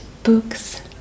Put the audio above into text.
books